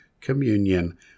communion